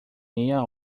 meia